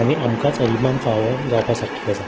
आनी आमकांच अभिमान फावो जावपा सारकी गजाल